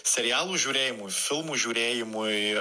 serialų žiūrėjimui filmų žiūrėjimui